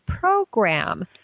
program